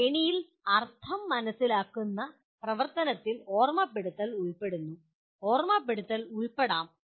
ശ്രേണിയിൽ അർത്ഥം മനസിലാക്കുന്ന പ്രവർത്തനത്തിൽ ഓർമ്മപ്പെടുത്തൽ ഉൾപ്പെടുന്നു ഓർമ്മപ്പെടുത്തൽ ഉൾപ്പെടാം